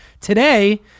today